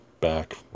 back